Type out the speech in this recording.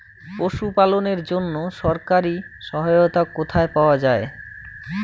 পশু পালনের জন্য সরকারি সহায়তা কোথায় পাওয়া যায়?